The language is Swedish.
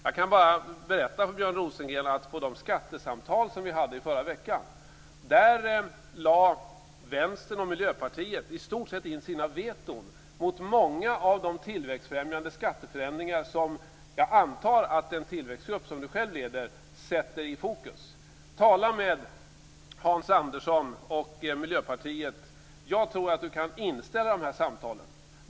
Jag kan bara berätta för Björn Rosengren att vid de skattesamtal som vi hade i förra veckan lade Vänstern och Miljöpartiet i stort sett in sina veton mot många av de tillväxtfrämjande skatteförändringar som jag antar att den tillväxtgrupp som du själv leder sätter i fokus. Tala med Hans Andersson och med Miljöpartiet! Jag tror att du kan inställa dessa samtal.